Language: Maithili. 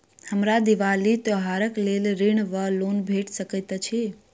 हमरा दिपावली त्योहारक लेल ऋण वा लोन भेट सकैत अछि?